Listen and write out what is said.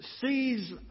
sees